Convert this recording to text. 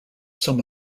some